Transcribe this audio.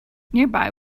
nearby